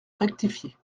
rectifié